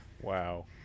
Wow